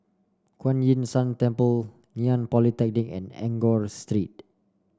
Kuan Yin San Temple Ngee Ann Polytechnic and Enggor